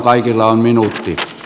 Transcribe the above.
kaikilla on minuutti